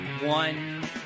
one